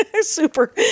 Super